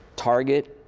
target,